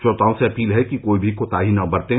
श्रोताओं से अपील है कि कोई भी कोताही न बरतें